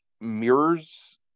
mirrors